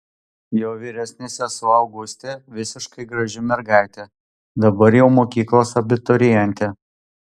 jo vyresnė sesuo augustė visiškai graži mergaitė dabar jau mokyklos abiturientė